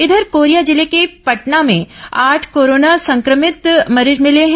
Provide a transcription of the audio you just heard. इधर कोरिया जिले के पटना में आठ कोरोना संक्रमित मरीज मिले हैं